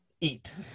Eat